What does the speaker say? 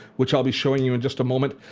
which i'll be showing you in just a moment,